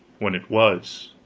when it was,